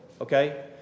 Okay